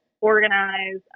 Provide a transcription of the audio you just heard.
organize